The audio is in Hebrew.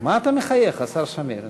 מה אתה מחייך, השר שמיר?